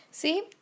See